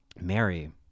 Mary